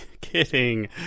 Kidding